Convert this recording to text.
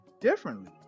differently